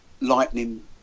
lightning